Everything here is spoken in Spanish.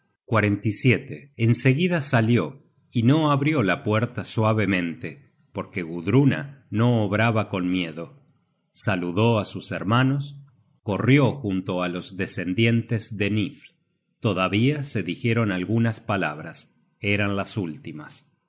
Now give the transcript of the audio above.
se rompieron en seguida salió y no abrió la puerta suavemente porque gudruna no obraba con miedo saludó á sus hermanos corrió junto á los descendientes de nifl todavía se dijeron algunas palabras eran las últimas